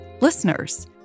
listeners